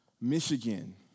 Michigan